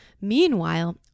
Meanwhile